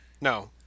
No